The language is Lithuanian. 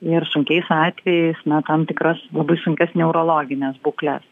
ir sunkiais atvejais na tam tikras labai sunkias neurologines būkles